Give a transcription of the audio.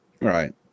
right